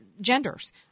genders